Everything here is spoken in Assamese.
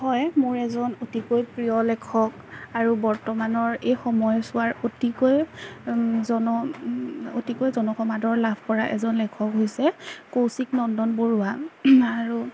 হয় মোৰ এজন অতিকৈ প্ৰিয় লেখক আৰু বৰ্তমানৰ এই সময় চোৱাৰ অতিকৈ জন অতিকৈ জনসমাদৰ লাভ কৰা এজন লেখক হৈছে কৌশিক নন্দন বৰুৱা আৰু